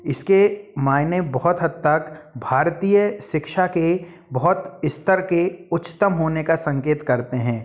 इसके मायने बहुत हद तक भारतीय शिक्षा के बहुत स्तर के उच्चतम होने का संकेत करते हैं